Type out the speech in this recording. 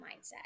mindset